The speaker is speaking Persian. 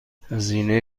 هزینه